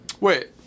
Wait